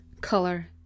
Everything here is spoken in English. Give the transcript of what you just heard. color